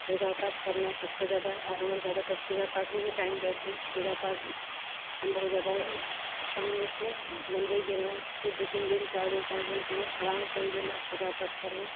पूजा पाठ करना सबसँ जादा आओर हमर जादातर पूजा पाठमे ही टाइम जाइत छै पूजा पाठ हम बहुत जादा टाइम देए छिए मन्दिर गेलहूँ दू तीन दिन चारि दिन पाँच दिनके लिए आरामसँ गेलहूँ पूजा पाठ करलहूँ